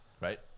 right